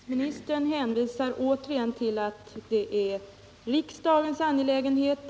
Herr talman! Utbildningsministern hänvisar återigen till att denna fråga är riksdagens angelägenhet.